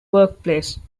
workplace